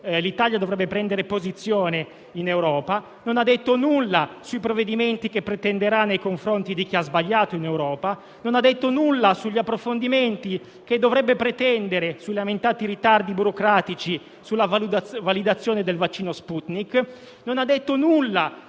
l'Italia dovrebbe prendere posizione in Europa. Non ha detto nulla sui provvedimenti che pretenderà nei confronti di chi ha sbagliato in Europa. Non ha detto nulla sugli approfondimenti che dovrebbe pretendere né sui lamentati ritardi burocratici sulla validazione del vaccino Sputnik. Non ha detto nulla,